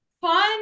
Fun